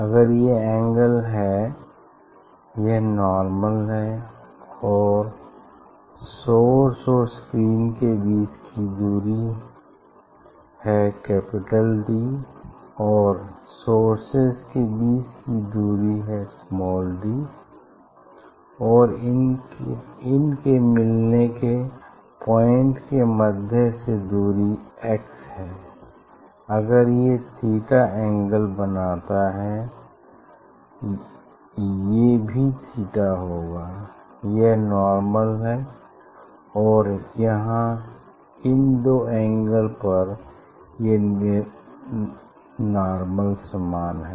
अगर ये एंगल है यह नार्मल और सोर्स और स्क्रीन के बीच की दुरी है D और सोर्सेज के बीच की दुरी d हैं और इन के मिलने के पॉइंट के मध्य से दुरी x है अगर ये थीटा एंगल बनाता है ये भी थीटा होगा यह नार्मल है और यहाँ इन दो एंगल पर ये नार्मल समान है